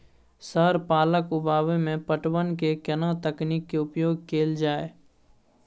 Sir पालक उगाव में पटवन के केना तकनीक के उपयोग कैल जाए?